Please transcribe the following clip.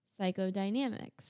psychodynamics